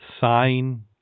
sign